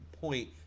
point